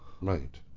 Right